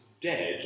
dead